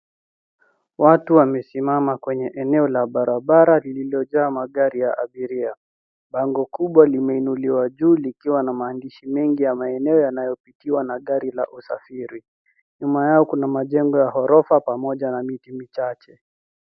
Watu wamesimama kwenye eneo la barabara lililojaa magari ya abiria. Bango kubwa limeinuliwa juu likiwa na mandishi mengi ya maeneo yanayopitiwa na gari la usafiri. Nyuma yao kuna majengo ya gorofa pamoja na miti michache.